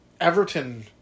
Everton